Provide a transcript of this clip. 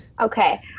Okay